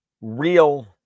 real